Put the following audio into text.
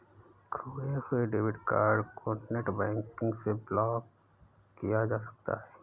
खोये हुए debit card को नेटबैंकिंग से ब्लॉक किया जा सकता है